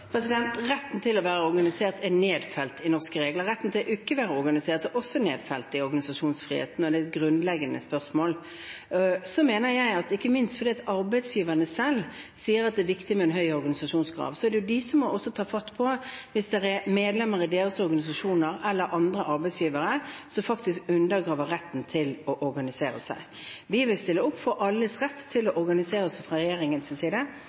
organisert er nedfelt i norske regler, men retten til ikke å være organisert er også nedfelt i organisasjonsfriheten, så det er et grunnleggende spørsmål. Så mener jeg at ikke minst fordi arbeidsgiverne selv sier at det er viktig med en høy organisasjonsgrad, er det jo de som må ta tak i det hvis det er medlemmer i deres organisasjoner – eller andre arbeidsgivere – som faktisk undergraver retten til å organisere seg. Vi vil fra regjeringens side stille opp for alles rett til